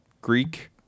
Greek